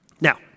Now